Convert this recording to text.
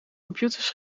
computers